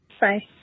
Bye